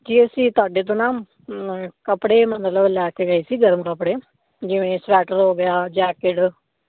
ਜੀ ਅਸੀਂ ਤੁਹਾਡੇ ਤੋਂ ਨਾ ਮ ਕੱਪੜੇ ਮਤਲਬ ਲੈ ਕੇ ਗਏ ਸੀ ਗਰਮ ਕੱਪੜੇ ਜਿਵੇਂ ਸਵੈਟਰ ਹੋ ਗਿਆ ਜੈਕਟ